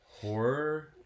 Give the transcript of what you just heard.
horror